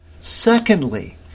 Secondly